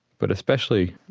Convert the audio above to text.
but especially,